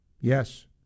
Yes